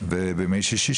ובימי ששי,